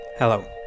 Hello